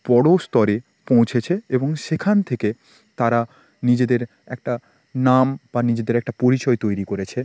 বড়ো স্তরে পৌঁছেছে এবং সেখান থেকে তারা নিজেদের একটা নাম বা নিজেদের একটা পরিচয় তৈরি করেছে